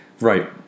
Right